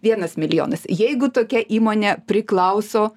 vienas milijonas jeigu tokia įmonė priklauso